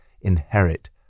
inherit